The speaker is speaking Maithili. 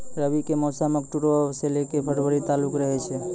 रबी के मौसम अक्टूबरो से लै के फरवरी तालुक रहै छै